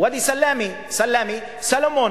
"ואדי סלמי" "סלמי" "סלומון".